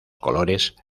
colores